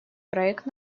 проект